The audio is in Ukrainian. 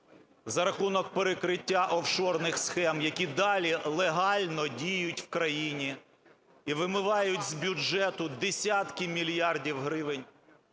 за рахунок перекриття офшорних схем, які далі легально діють в країні і вимивають з бюджету десятки мільярдів гривень,